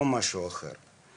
לא משהו אחר.